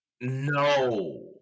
no